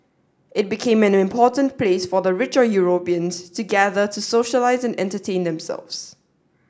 it became an important place for the rich or Europeans to gather to socialise and entertain themselves